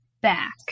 back